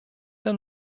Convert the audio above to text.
der